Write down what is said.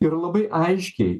ir labai aiškiai